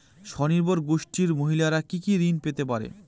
স্বনির্ভর গোষ্ঠীর মহিলারা কি কি ঋণ পেতে পারে?